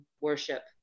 worship